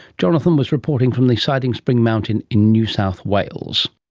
jonathan was reporting from the siding spring mountain in new south wales